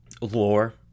lore